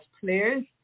players